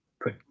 put